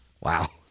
Wow